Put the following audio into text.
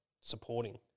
supporting